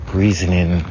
reasoning